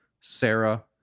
Sarah